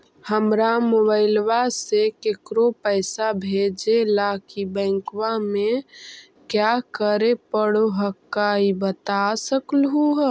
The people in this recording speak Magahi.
हमरा मोबाइलवा से केकरो पैसा भेजे ला की बैंकवा में क्या करे परो हकाई बता सकलुहा?